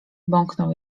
bąknął